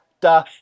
Da